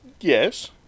yes